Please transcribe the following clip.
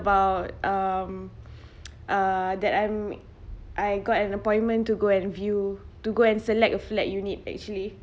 about um uh that I'm I got an appointment to go and view to go and select a flat unit actually